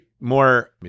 more